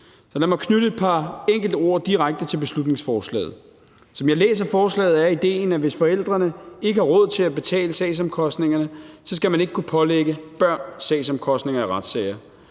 Lad mig knytte et par enkelte ord direkte til beslutningsforslaget. Som jeg læser forslaget, er idéen, at hvis forældrene ikke har råd til at betale sagsomkostningerne, skal man ikke kunne pålægge børn sagsomkostninger i retssager,